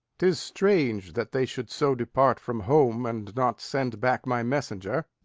tis strange that they should so depart from home, and not send back my messenger.